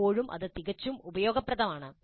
ഇപ്പോഴും അത് തികച്ചും ഉപയോഗപ്രദമാണ്